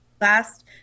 last